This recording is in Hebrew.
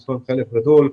מספר מתחלף גדול,